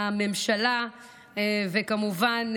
לממשלה; כמובן,